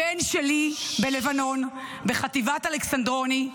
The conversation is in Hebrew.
הבן שלי בלבנון, בחטיבת אלכסנדרוני.